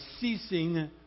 ceasing